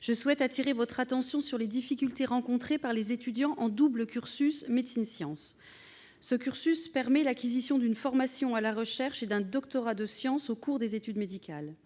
je souhaite attirer votre attention sur les difficultés rencontrées par les étudiants en double cursus médecine-sciences. Ce cursus permet l'acquisition d'une formation à la recherche et d'un doctorat de sciences au cours des études médicales.